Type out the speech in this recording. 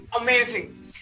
amazing